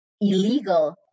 illegal